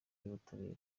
y’ubutabera